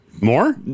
More